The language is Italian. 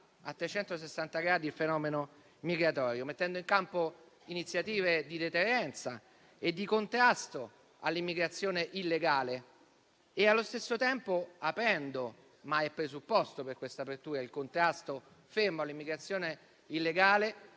a 360 gradi il fenomeno migratorio, mettendo in campo iniziative di deterrenza e di contrasto all'immigrazione illegale, sostenendo allo stesso tempo, presupposto per quest'apertura, il contrasto fermo all'immigrazione illegale